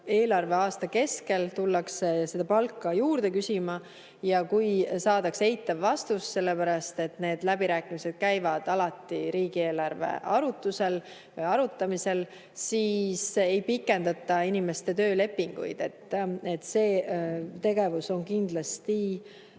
eelarveaasta keskel tullakse palka juurde küsima. Siis saadakse eitav vastus, sellepärast et need läbirääkimised käivad alati riigieelarve arutamisel, ja ei pikendata inimeste töölepinguid. See tegevus on kindlasti